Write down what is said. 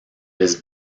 his